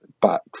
Back